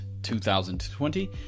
2020